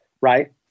right